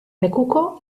lekuko